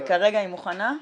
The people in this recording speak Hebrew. וכרגע היא מוכנה,